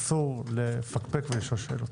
אסור לפקפק ולשאול שאלות.